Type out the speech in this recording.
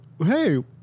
hey